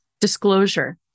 disclosure